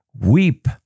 weep